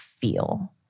feel